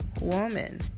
woman